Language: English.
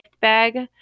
bag